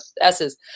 S's